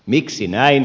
miksi näin